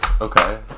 Okay